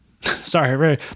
sorry